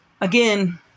Again